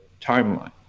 timeline